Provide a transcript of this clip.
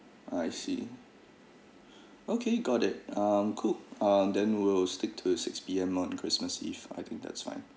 I see okay got it um cool um then we'll stick to the six P_M on christmas eve I think that's fine